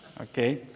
Okay